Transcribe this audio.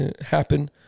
happen